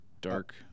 dark